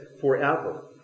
forever